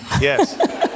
Yes